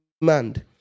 demand